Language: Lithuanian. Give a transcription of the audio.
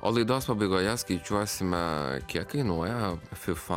o laidos pabaigoje skaičiuosime kiek kainuoja fifa